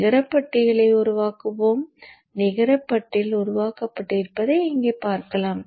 நிகரப் பட்டியலை உருவாக்குவோம் நிகரப் பட்டியல் உருவாக்கப்பட்டிருப்பதை இங்கே பார்க்கலாம்